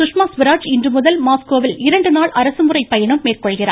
சுஷ்மா சுவராஜ் இன்றுமுதல் மாஸ்கோவில் இரண்டு நாள் அரசுமுறைப் பயணம் மேற்கொள்கிறார்